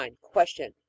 Question